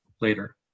Later